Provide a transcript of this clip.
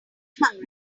starving